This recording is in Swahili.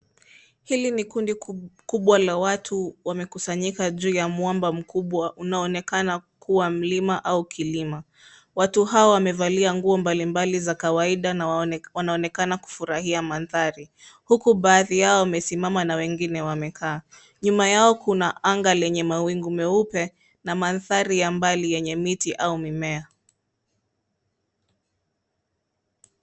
Hili ni kundi kubwa la watu wamekusanyika juu ya mwamba mkubwa unaonekana kuwa mlima au kilima. Watu hao wamevalia nguo mbali mbali za kawaida na wanaonekana kufurahia mandhari, huku baadhi yao wamesimama na wengine wamekaa. Nyuma yao kuna anga lenye mawingu meupe na mandhari ya mbali yenye miti au mimea.